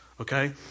Okay